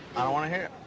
i don't wanna hear it.